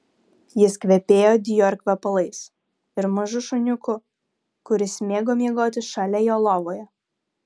jis kvepėjo dior kvepalais ir mažu šuniuku kuris mėgo miegoti šalia jo lovoje